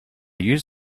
use